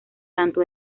tanto